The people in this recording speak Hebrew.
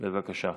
בבקשה.